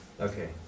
Okay